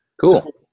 cool